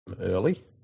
early